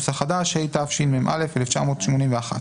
התשמ"א-1981.